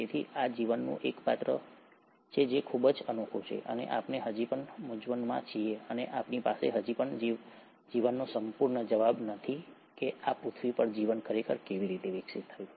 તેથી આ જીવનનું એક પાત્ર છે જે ખૂબ જ અનોખું છે અને આપણે હજી પણ મૂંઝવણમાં છીએ અને આપણી પાસે હજી પણ જીવનનો સંપૂર્ણ જવાબ નથી કે આ પૃથ્વી પર જીવન ખરેખર કેવી રીતે વિકસિત થયું